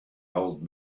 old